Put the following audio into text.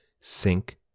sink